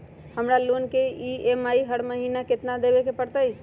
हमरा लोन के ई.एम.आई हर महिना केतना देबे के परतई?